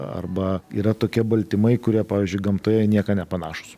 arba yra tokie baltymai kurie pavyzdžiui gamtoje į nieką nepanašūs